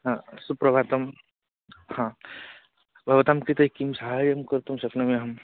हा सुप्रभातं हा भवतां कृते किं सहायं कर्तुं शक्नोमि अहम्